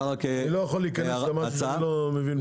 אני לא יכול להיכנס למשהו שאני לא מבין בו.